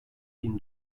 bin